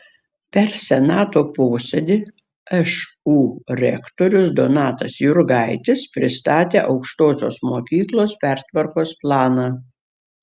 per senato posėdį šu rektorius donatas jurgaitis pristatė aukštosios mokyklos pertvarkos planą